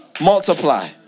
multiply